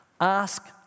Ask